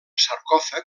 sarcòfag